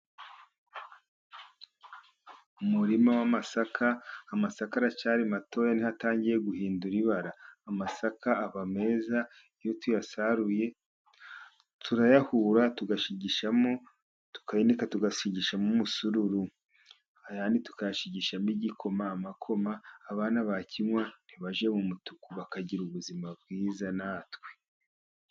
Umurima w'amasaka, amasakara aracyari matoya ni ho atangiye guhindura ibara. Amasaka aba meza, iyo tuyasaruye turayahura, tugashigishamo tukayinika tugashigishashamo umusururu, ayandi tukayashigishamo igikoma amakoma, abana bakinywa ntibajye mu mutuku bakagira ubuzima bwiza na twe.